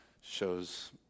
shows